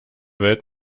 welt